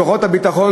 כוחות הביטחון,